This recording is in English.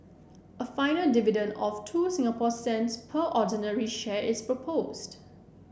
a final dividend of two Singapore cents per ordinary share is proposed